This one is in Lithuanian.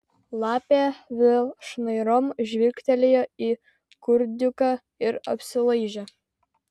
lapė vėl šnairom žvilgtelėjo į kurdiuką ir apsilaižė